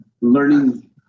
Learning